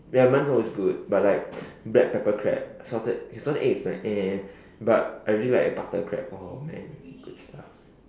ya 馒头 is good but like black pepper crab salted salted egg is like eh but I really like the butter crab oh man good stuff